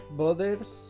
bothers